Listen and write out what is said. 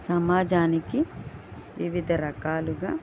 సమాజానికి వివిధ రకాలుగా